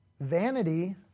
Vanity